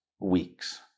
weeks